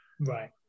right